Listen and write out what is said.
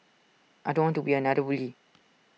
I don't want to be another bully